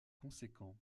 conséquent